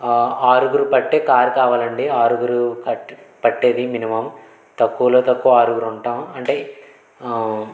ఆ ఆరుగురు పట్టే కారు కావాలండి ఆరుగురు పట్ పట్టేది మినిమం తక్కువలో తక్కువ ఆరుగురు ఉంటాం అంటే